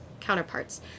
counterparts